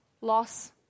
loss